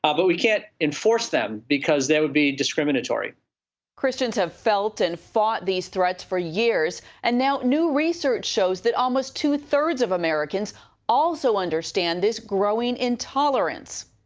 ah but we can't enforce them because that would be discriminatory. heather christians have felt and fought these threats for years, and now new research shows that almost two-thirds of americans also understand this growing intolerance.